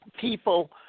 people